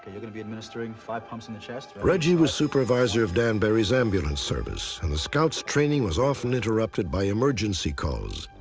going to be administering five pumps in the chest. narrator reggie was supervisor of dan barry's ambulance service. and the scouts training was often interrupted by emergency calls.